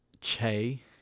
Che